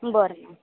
बरं मॅम